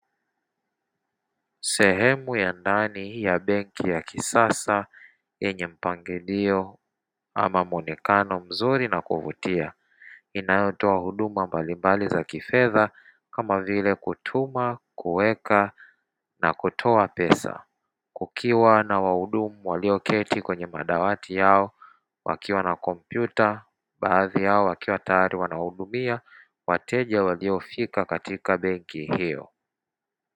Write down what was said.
Sehemu ya ndani ya benki ya kisasa yenye mpangilio ama muonekano mzuri na kuvutia, inayotoa huduma mbalimbali za kifedha kama vile kutuma, kuweka na kutoa pesa; kukiwa na wahudumu walioketi kwenye madawati yao wakiwa na kompyuta, baadhi yao wakiwa tayari wanahudumia wateja waliofika katika benki hiyo.